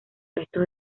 restos